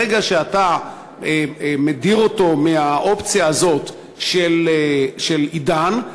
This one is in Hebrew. ברגע שאתה מדיר אותו מהאופציה הזאת של "עידן",